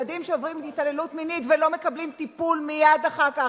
ילדים שעוברים התעללות מינית ולא מקבלים טיפול מייד אחר כך,